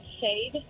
shade